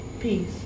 Peace